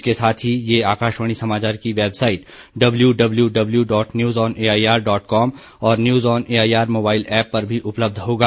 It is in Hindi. इसके साथ ही यह आकाशवाणी समाचार की website W W W dot news on AIR dot com और news on AIR mobile app पर भी उपलब्ध होगा